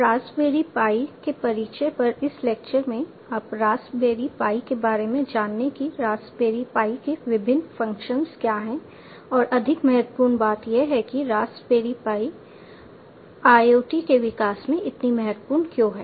Raspberry pi के परिचय पर इस लेक्चर में आप रास्पबेरी पाई के बारे में जानेंगे कि रास्पबेरी पाई के विभिन्न फंक्शंस क्या हैं और अधिक महत्वपूर्ण बात यह है कि रास्पबेरी पाई IoT के विकास में इतनी महत्वपूर्ण क्यों है